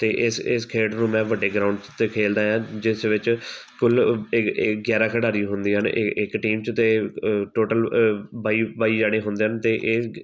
ਅਤੇ ਇਸ ਇਸ ਖੇਡ ਨੂੰ ਮੈਂ ਵੱਡੇ ਗਰਾਊਂਡ 'ਚ 'ਤੇ ਖੇਡਦਾ ਹਾਂ ਜਿਸ ਵਿੱਚ ਕੁੱਲ ਇਹ ਇਹ ਗਿਆਰ੍ਹਾਂ ਖਿਡਾਰੀ ਹੁੰਦੇ ਹਨ ਇਹ ਇੱਕ ਟੀਮ 'ਚ ਅਤੇ ਟੋਟਲ ਬਾਈ ਬਾਈ ਜਣੇ ਹੁੰਦੇ ਹਨ ਅਤੇ ਇਹ